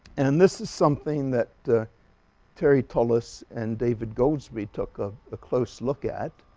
and this is something that terry tallis and david goldsby took a ah close look at